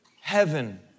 Heaven